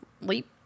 Leap